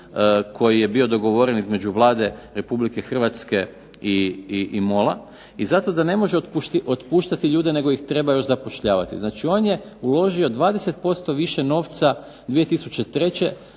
koji je bio dogovoren između Vlada Republike Hrvatske i MOL-a i zato što ne može otpuštati ljude nego ih treba još zapošljavati. Znači on je uložio 20% više novca 2003.